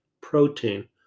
protein